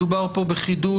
מדובר פה בחידוש,